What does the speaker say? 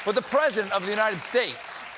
but the president of the united states